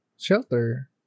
shelter